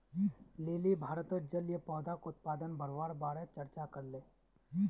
lily भारतत जलीय पौधाक उत्पादन बढ़वार बारे चर्चा करले